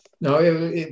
No